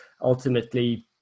ultimately